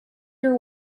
your